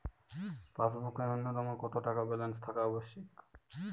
পাসবুকে ন্যুনতম কত টাকা ব্যালেন্স থাকা আবশ্যিক?